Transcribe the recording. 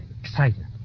excited